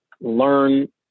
learn